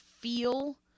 feel